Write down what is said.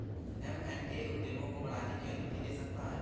M and A उद्यमों को बढ़ाने की अनुमति दे सकता है